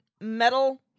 metal